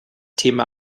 thema